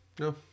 No